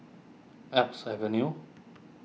Alps Avenue